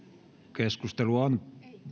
keskustelu on